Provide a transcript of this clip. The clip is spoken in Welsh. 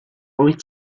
wyt